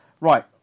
Right